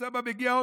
כשאוסאמה מגיע,